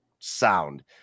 sound